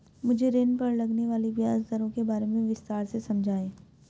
मुझे ऋण पर लगने वाली ब्याज दरों के बारे में विस्तार से समझाएं